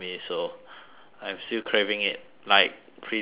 I'm still craving it like pretty badly